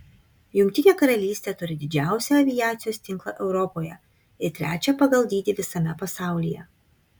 jungtinė karalystė turi didžiausią aviacijos tinklą europoje ir trečią pagal dydį visame pasaulyje